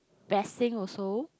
vesting also